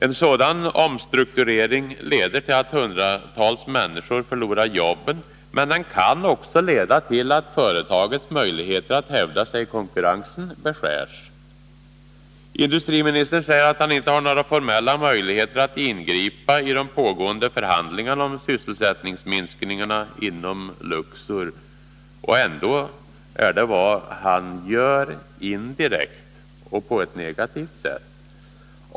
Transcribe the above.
En sådan omstrukturering leder till att hundratals människor förlorar jobben, men den kan också leda till att företagets möjligheter att hävda sig i konkurrensen beskärs. Industriministern säger att han inte har några formella möjligheter att ingripa i de pågående förhandlingarna om sysselsättningsminskningar inom Luxor. Ändå är det vad han gör, indirekt och på ett negativt sätt.